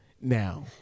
Now